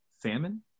salmon